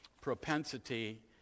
propensity